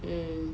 um